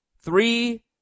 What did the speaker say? Three